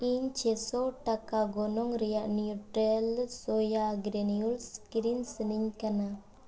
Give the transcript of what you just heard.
ᱤᱧ ᱪᱷᱮᱥᱚ ᱴᱟᱠᱟ ᱜᱚᱱᱚᱝ ᱨᱮᱭᱟᱜ ᱱᱤᱭᱩᱴᱨᱮᱞᱟ ᱥᱚᱭᱟ ᱜᱨᱟᱱᱤᱭᱩᱞᱮᱥ ᱠᱤᱨᱤᱧ ᱥᱟᱹᱱᱟᱹᱧ ᱠᱟᱱᱟ